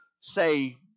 say